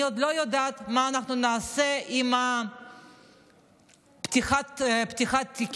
אני עוד לא יודעת מה אנחנו נעשה עם פתיחת תיקים,